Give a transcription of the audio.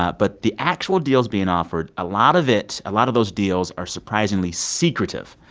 ah but the actual deals being offered a lot of it a lot of those deals are surprisingly secretive.